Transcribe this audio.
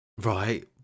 Right